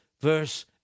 verse